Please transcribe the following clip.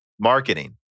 marketing